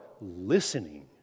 listening